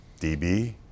DB